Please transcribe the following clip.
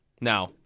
now